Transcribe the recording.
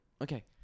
Okay